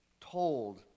told